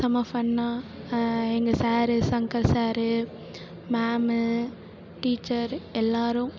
செம்ம ஃபன்னாக எங்கள் sir Shankar sir ma'am teacher எல்லோரும்